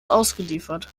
ausgeliefert